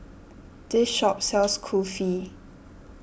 this shop sells Kulfi